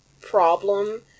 problem